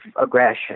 aggression